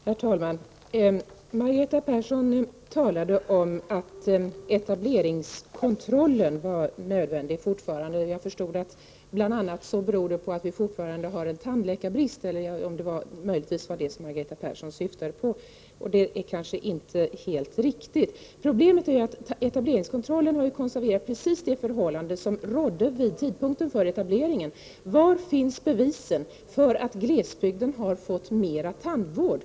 Herr talman! Margareta Persson talade om att etableringskontrollen fortfarande var nödvändig. Jag förstod att det bl.a. beror på att vi fortfarande har tandläkarbrist — om det nu var det Margareta Persson syftade på. Men det kanske inte är helt riktigt. Problemet är att etableringskontrollen har konserverat precis det förhållande som rådde vid tidpunkten för införande av etableringskontrollen. Var finns bevisen för att glesbygden har fått mera tandvård?